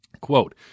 Quote